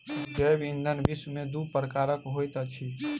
जैव ईंधन विश्व में दू प्रकारक होइत अछि